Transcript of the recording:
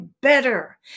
better